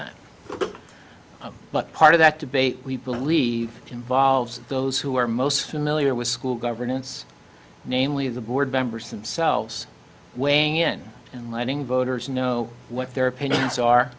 that but part of that debate we believe involves those who are most familiar with school governance namely the board members themselves weighing in and letting voters know what their opinions are